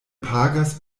pagas